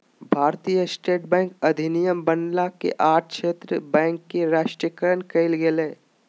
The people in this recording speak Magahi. भारतीय स्टेट बैंक अधिनियम बनना के आठ क्षेत्र बैंक के राष्ट्रीयकरण कइल गेलय